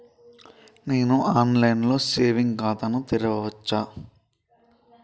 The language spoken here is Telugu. నేను ఆన్ లైన్ లో సేవింగ్ ఖాతా ను తెరవచ్చా?